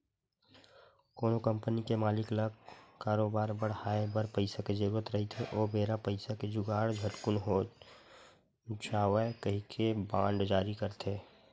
कोनो कंपनी के मालिक ल करोबार बड़हाय बर पइसा के जरुरत रहिथे ओ बेरा पइसा के जुगाड़ झटकून हो जावय कहिके बांड जारी करथे